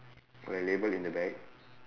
the label in the bag